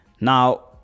Now